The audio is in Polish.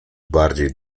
bardziej